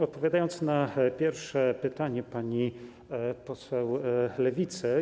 Odpowiadam na pierwsze pytanie pani poseł Lewicy.